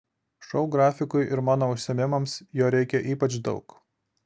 šou grafikui ir mano užsiėmimams jo reikia ypač daug